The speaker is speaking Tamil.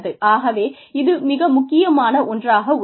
ஆகவே இது மிக முக்கியமான ஒன்றாக உள்ளது